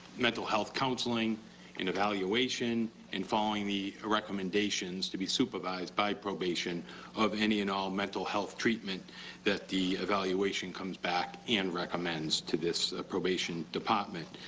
mental health counseling and evaluation and following the recommendations to be supervised by probation of any and all mental health treatment that the evaluation comes back and recommends to this probation department,